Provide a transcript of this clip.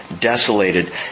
desolated